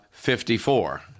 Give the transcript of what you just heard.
54